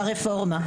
-- ברפורמה.